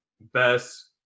best